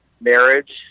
marriage